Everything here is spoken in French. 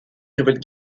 nouvelle